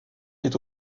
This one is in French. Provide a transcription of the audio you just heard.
est